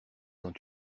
quand